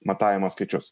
matavimo skaičius